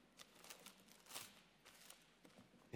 יש